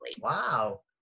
Wow